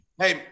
hey